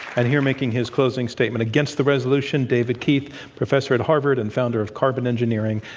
and here making his closing statement against the resolution david keith, professor at harvard and founder of carbon engineering.